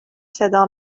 صدا